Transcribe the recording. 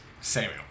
Samuel